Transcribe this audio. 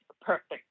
perfect